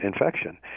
infection